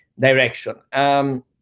direction